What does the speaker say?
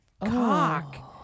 cock